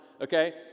Okay